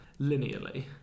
linearly